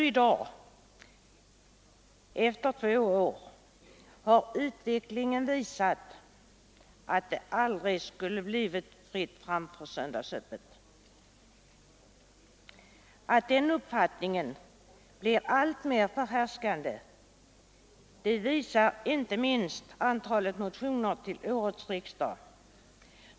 I dag, efter mer än två år, har utvecklingen visat att det aldrig borde ha blivit fritt fram för söndagsöppet. Att den uppfattningen blir alltmer förhärskande visar inte minst antalet motioner till årets riksdag.